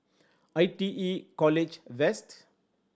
I T E College West